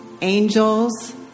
angels